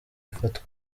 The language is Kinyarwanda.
ifatwa